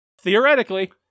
Theoretically